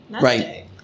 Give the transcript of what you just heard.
Right